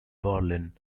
berlin